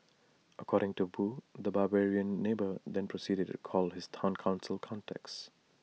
according to boo the 'barbarian neighbour' then proceeded to call his Town Council contacts